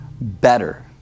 better